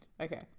Okay